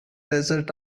desert